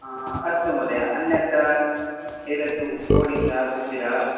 अस्तु महोदय अन्यत् एतत्तु ओडिसा गुजरात्